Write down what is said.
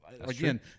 Again